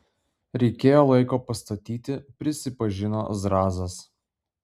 reikėjo laiko pastatyti prisipažino zrazas